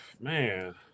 man